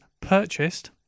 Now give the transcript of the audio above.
purchased